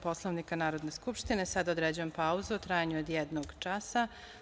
Poslovnika Narodne skupštine, sada određujem pauzu u trajanju od jednog časa.